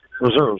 reserves